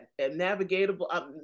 navigatable